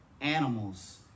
animals